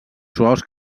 suaus